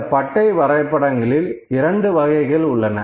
இந்த பார் வரைபடங்களில் 2 வகைகள் உள்ளன